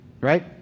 Right